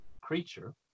creature